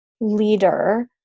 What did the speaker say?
leader